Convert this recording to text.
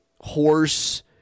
horse